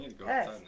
Yes